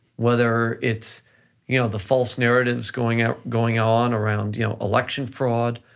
whether it's you know the false narratives going ah going on around you know election fraud,